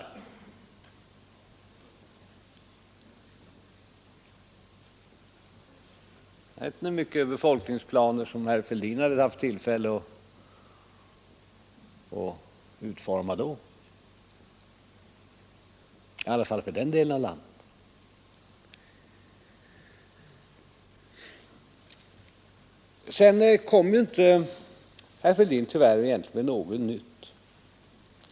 Jag vet inte hur många befolkningsplaner som herr Fälldin hade haft tillfälle att utforma då, i varje fall för den delen av landet. Tyvärr kommer herr Fälldin egentligen inte med något nytt.